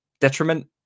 detriment